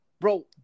Bro